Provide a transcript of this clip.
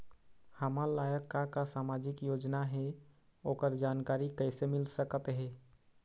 हमर लायक का का सामाजिक योजना हे, ओकर जानकारी कइसे मील सकत हे?